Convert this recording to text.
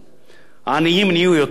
העניים נהיו יותר עניים,